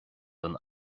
don